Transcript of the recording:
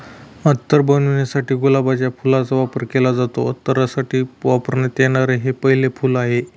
अत्तर बनवण्यासाठी गुलाबाच्या फुलाचा वापर केला जातो, अत्तरासाठी वापरण्यात येणारे हे पहिले फूल आहे